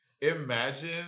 Imagine